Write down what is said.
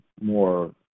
more